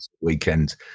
weekend